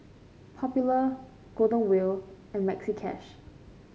Popular Golden Wheel and Maxi Cash